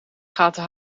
gaten